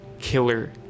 killer